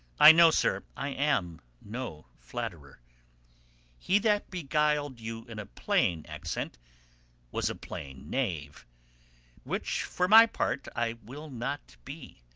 i know, sir, i am no flatterer he that beguiled you in a plain accent was a plain knave which, for my part, i will not be,